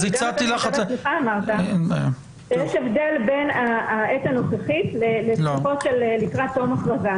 אתה בעצמך אמרת שיש הבדל בין העת הנוכחית לתקופות של לקראת תום הכרזה.